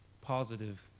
positive